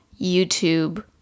YouTube